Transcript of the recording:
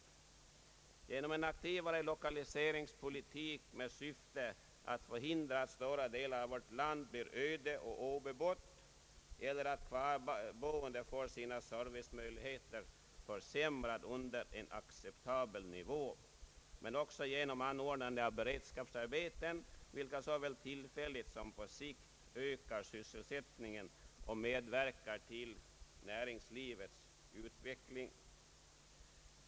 Detta kan också ske genom en aktivare lokaliseringspolitik i syfte att förhindra att stora delar av vårt land blir öde och obebott eller att kvarboende får sina servicemöjligheter försämrade under en acceptabel nivå men också genom anordnande av beredskapsarbeten vilka såväl tillfälligt som på sikt ökar sysselsättningen och medverkar till näringslivets utveckling.